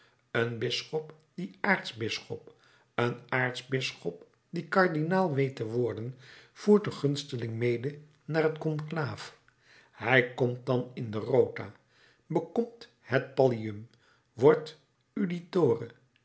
een bisschop die aartsbisschop een aartsbisschop die kardinaal weet te worden voert den gunsteling mede naar het conclave hij komt dan in de rota bekomt het pallium wordt uditore